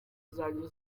zanjye